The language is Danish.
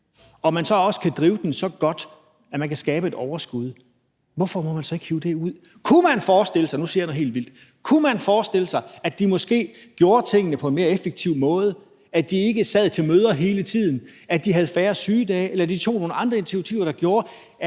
at man så også kan drive den så godt, at man kan skabe et overskud, hvorfor må man så ikke hive det ud? Kunne man forestille sig – nu siger jeg noget helt vildt – at de måske gjorde tingene på en mere effektiv måde, at de ikke sad til møder hele tiden, at de har færre sygedage, eller at de tog nogle andre initiativer, der gjorde,